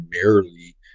primarily